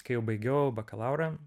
kai jau baigiau bakalaurą